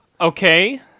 Okay